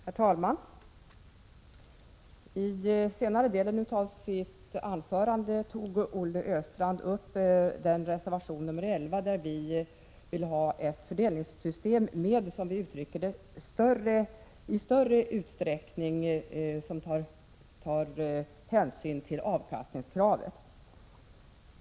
Herr talman! I den senare delen av sitt anförande tog Olle Östrand upp den reservation nr 11 där vi vill ha ett fördelningssystem som i större utsträckning tar hänsyn till avkastningskravet.